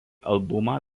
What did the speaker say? albumą